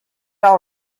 all